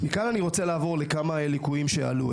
מכאן אני רוצה לעבור לכמה ליקויים שעלו.